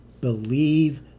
believe